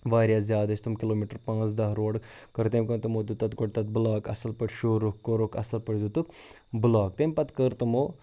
واریاہ زیادٕ ٲسۍ تِم کِلوٗمیٖٹَر پانٛژھ دَہ روڈٕ کٔر تٔمۍ کٲم تِمو دیُت تَتھ گۄڈٕ تَتھ بٕلاک اَصٕل پٲٹھۍ شوٗرُکھ کوٚرُکھ اَصٕل پٲٹھۍ دِتُکھ بٕلاک تٔمۍ پَتہٕ کٔر تمو